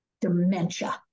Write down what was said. dementia